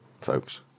folks